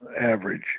average